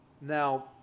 Now